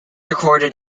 recorded